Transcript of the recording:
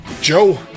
Joe